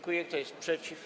Kto jest przeciw?